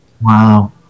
Wow